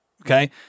okay